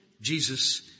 Jesus